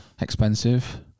expensive